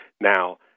Now